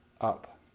up